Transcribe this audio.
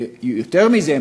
יותר מזה,